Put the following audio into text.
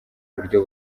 buryo